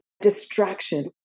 distraction